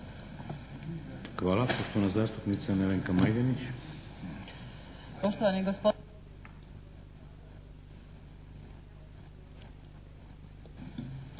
Hvala. Poštovana zastupnica Nevenka Majdenić.